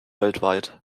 weltweit